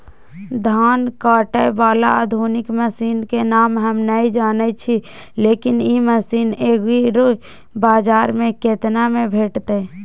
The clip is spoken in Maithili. धान काटय बाला आधुनिक मसीन के नाम हम नय जानय छी, लेकिन इ मसीन एग्रीबाजार में केतना में भेटत?